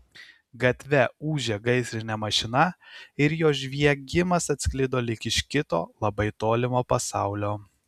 gatve ūžė gaisrinė mašina ir jos žviegimas atsklido lyg iš kito labai tolimo pasaulio